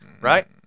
right